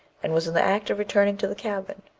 and was in the act of returning to the cabin,